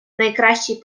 найкращий